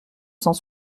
cent